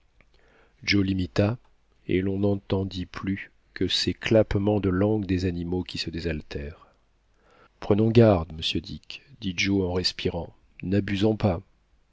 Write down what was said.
joe l'imita et l'on n'entendit plus que ces clappements de langue des animaux qui se désaltèrent prenons garde monsieur dick dit joe en respirant n'abusons pas